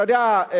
אתה יודע,